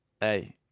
Hey